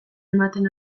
ematen